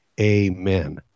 Amen